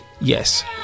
yes